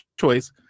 choice